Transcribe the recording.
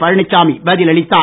பழனிச்சாமி பதிலளித்தார்